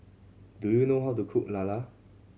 do you know how to cook lala